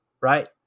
right